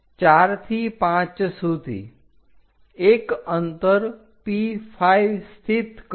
4 થી 5 સુધી એક અંતર P5 સ્થિત કરો